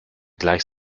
gleich